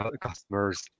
customers